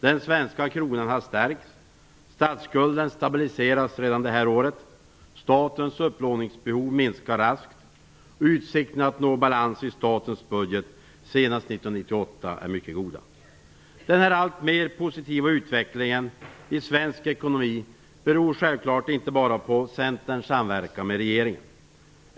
Den svenska kronan har stärkts. Statsskulden stabiliseras redan detta år. Statens upplåningsbehov minskar raskt. Utsikterna att nå balans i statens budget senast 1998 är mycket goda. Denna alltmer positiva utveckling i svensk ekonomi beror självfallet inte bara på Centerns samverkan med regeringen.